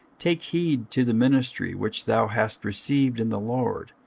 take heed to the ministry which thou hast received in the lord,